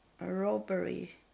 robbery